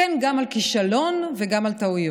כן, גם על כישלון ועל טעויות".